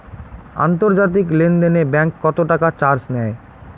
আন্তর্জাতিক লেনদেনে ব্যাংক কত টাকা চার্জ নেয়?